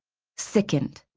sickened.